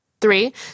Three